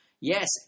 Yes